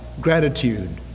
gratitude